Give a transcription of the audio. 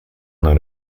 known